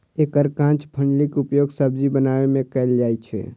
एकर कांच फलीक उपयोग सब्जी बनबै मे कैल जाइ छै